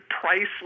priceless